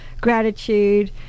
gratitude